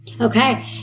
Okay